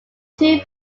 two